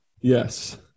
Yes